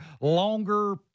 longer